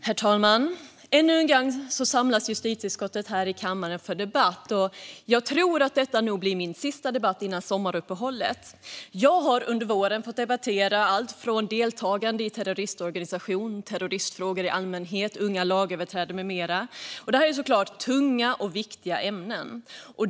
Herr talman! Ännu en gång samlas justitieutskottet här i kammaren för debatt, och jag tror att detta blir min sista före sommaruppehållet. Jag har under våren fått debattera alltifrån deltagande i terroristorganisation till terrorismfrågor i allmänhet, unga lagöverträdare med mera. Det här är tunga och viktiga ämnen.